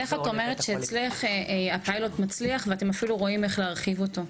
מבחינתך הפיילוט מצליח ואתם אפילו רואים איך להרחיב אותו.